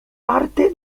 parte